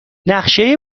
نقشه